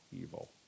evil